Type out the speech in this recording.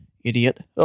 idiot